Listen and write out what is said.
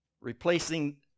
Replacing